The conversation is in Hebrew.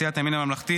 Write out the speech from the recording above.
סיעת הימין הממלכתי,